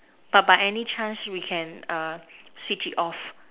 but by any chance we can uh Switch it off